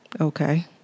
Okay